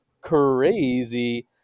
crazy